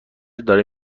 داره